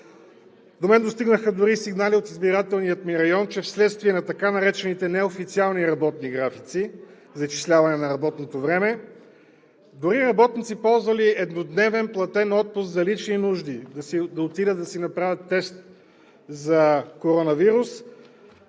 До мен достигнаха дори и сигнали от избирателния ми район, че вследствие на така наречените неофициални работни графици за изчисляване на работното време дори работници, ползвали еднодневен платен отпуск за лични нужди – да отидат да си направят тест за коронавирус,